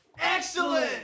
excellent